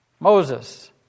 Moses